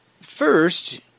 first